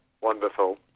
Wonderful